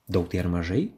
daug tai ar mažai